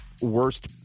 worst